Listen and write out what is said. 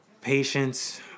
patience